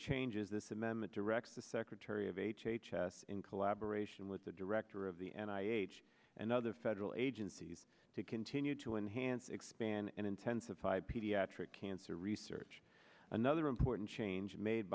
changes this amendment directs the secretary of h h s in collaboration with the director of the and i age and other federal agencies to continue to enhance expand and intensify pediatric cancer research another important change made